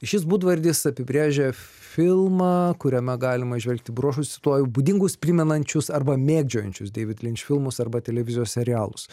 šis būdvardis apibrėžia filmą kuriame galima įžvelgti bruožus cituoju būdingus primenančius arba mėgdžiojančius deivid linč filmus arba televizijos serialus